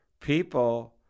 people